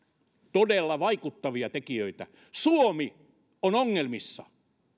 todella vaikuttavia tekijöitä suomi on ongelmissa